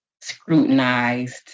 scrutinized